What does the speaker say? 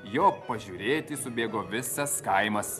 jo pažiūrėti subėgo visas kaimas